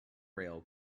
rail